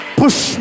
push